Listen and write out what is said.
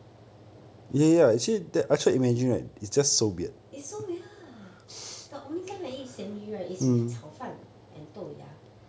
it's so weird the only time I eat 鹹魚 right is with 炒飯 and 豆芽